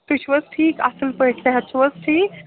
تُہۍ چھُو حظ ٹھیٖک اصٕل پٲٹھۍ صحت چھُو حظ ٹھیٖک